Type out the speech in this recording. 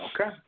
Okay